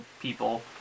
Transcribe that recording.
people